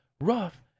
rough